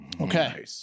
Okay